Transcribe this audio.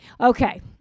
okay